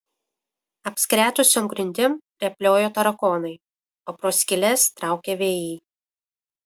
apskretusiom grindim rėpliojo tarakonai o pro skyles traukė vėjai